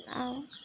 ଆଉ